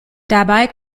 dabei